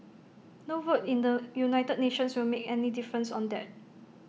no vote in the united nations will make any difference on that